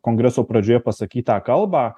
kongreso pradžioje pasakytą kalbą